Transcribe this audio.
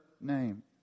name